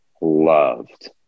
loved